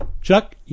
Chuck